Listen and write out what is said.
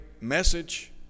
message